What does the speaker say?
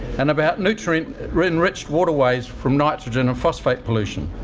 and about nutrient enriched waterways from nitrogen and phosphate pollution.